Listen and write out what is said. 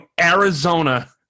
Arizona